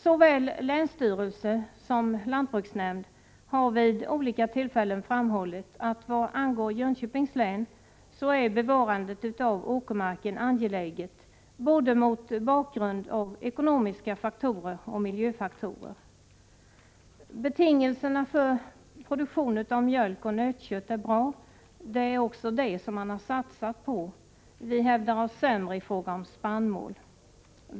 Såväl länsstyrelse som lantbruksnämnd har vid olika tillfällen framhållit att vad angår Jönköpings län är bevarandet av åkermarken angeläget mot bakgrund både av ekonomiska faktorer och miljöfaktorer. Betingelserna för produktion av mjölk och nötkött är bra, det är också det man har satsat på. Vi hävdar oss sämre i fråga om spannmål.